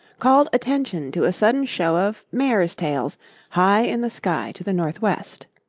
called attention to a sudden show of mares'-tails high in the sky to the north-west.